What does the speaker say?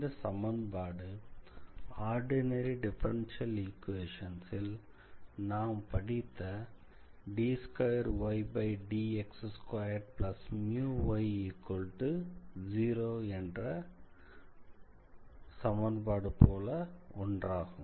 இந்த சமன்பாடு ordinary differential equations ல் நாம் படித்தd2ydx2μy0 போன்ற ஒன்றாகும்